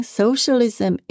socialism